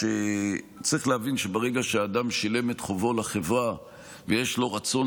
צריך להבין שברגע שאדם שילם את חובו לחברה ויש לו רצון